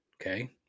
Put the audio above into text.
okay